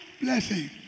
blessing